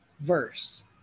verse